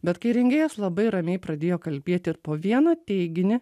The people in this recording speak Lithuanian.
bet kai rengėjas labai ramiai pradėjo kalbėt ir po vieną teiginį